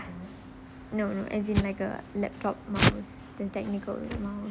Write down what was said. no no as in like a laptop models the technical mouse